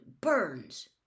burns